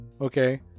okay